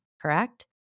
Correct